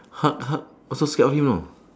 hulk hulk also scared of him know